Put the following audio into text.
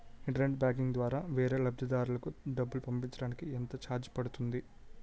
Internet banking ద్వారా వేరే లబ్ధిదారులకు డబ్బులు పంపించటానికి ఎంత ఛార్జ్ పడుతుంది?